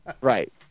Right